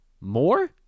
More